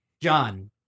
John